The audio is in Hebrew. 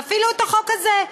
ואפילו את החוק הזה.